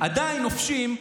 עדיין נופשים,